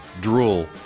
Drool